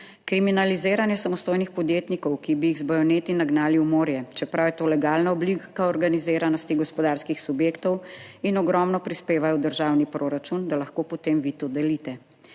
Kriminaliziranje samostojnih podjetnikov, ki bi jih z bajoneti nagnali v morje, čeprav je to legalna oblika organiziranosti gospodarskih subjektov in ogromno prispevajo v državni proračun, da lahko potem vi to delite.